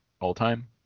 all-time